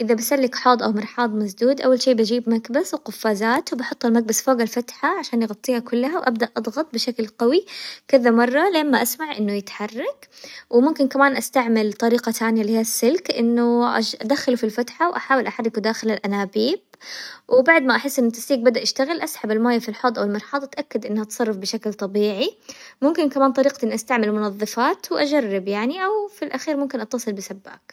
إذا بسلك حوضأاو مرحاض مسدود، أول شي بجيب مكبس وقفازات، وبحط المكبس فوق الفتحة عشان يغطيها كلها، وأبدأ أضغط بشكل قوي كذا مرة لين ما أسمع إنه يتحرك، وممكن كمان أستعمل طريقة ثانية اللي هي السلك، إنه أدخله في الفتحة وأحاول أحركه داخل الأنابيب، وبعد ما أحس إن التسليك بدأ يشتغل أسحب الموية في الحوض أو المرحاض، وأتأكد انها تصرف بشكل طبيعي، ممكن كمان طريقة إني أستعمل المنظفات وأجرب يعني أو في الأخير ممكن أتصل بسباك.